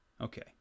Okay